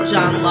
John